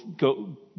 go